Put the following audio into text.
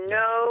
no